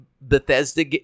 Bethesda